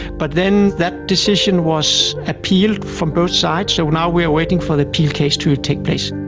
but then that decision was appealed from both sides. so now we are waiting for the appeal case to take place.